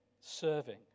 serving